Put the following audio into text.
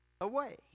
away